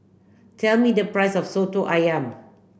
tell me the price of Soto Ayam